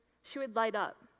she would light up.